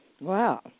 Wow